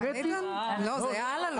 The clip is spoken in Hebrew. אה לא זה היה אלאלוף .